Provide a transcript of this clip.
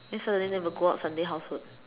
the Saturday then will go out Sunday housework